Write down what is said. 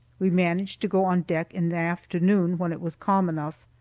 we managed to go on deck in the afternoon, when it was calm enough.